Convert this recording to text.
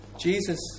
Jesus